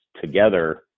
together